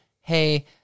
hey